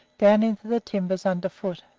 down into the timbers under foot.